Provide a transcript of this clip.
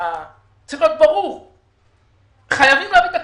צריך להיות ברור שחייבים להביא תקציב,